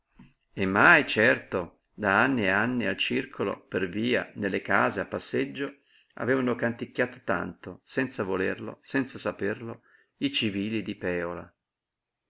e mai certo da anni e anni al circolo per via nelle case a passeggio avevano canticchiato tanto senza volerlo senza saperlo i civili di pèola la